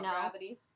gravity